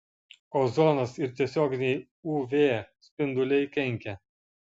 ozonas ir tiesioginiai uv spinduliai kenkia